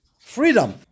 freedom